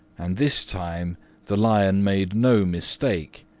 and this time the lion made no mistake,